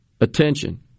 attention